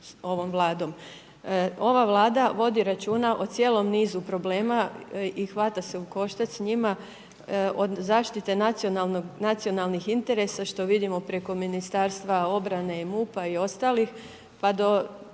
Ova Vlada vodi računa o cijelom nizu problema i hvata se u koštac s njima, od zaštite nacionalnih interesa što vidimo preko Ministarstva obrane i MUP-a i ostalih, pa do